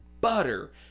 butter